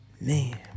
Man